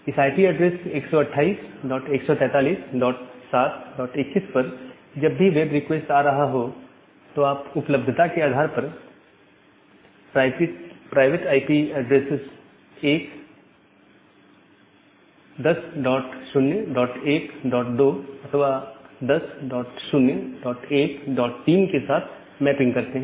इस IP address 128143721 पर जब भी वेब रिक्वेस्ट आ रहा हो तो आप उपलब्धता के आधार पर प्राइवेट आईपी ऐड्रेसेस 1 0012 अथवा 10013 के साथ मैपिंग करते हैं